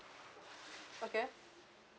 okay